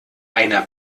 einer